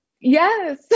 Yes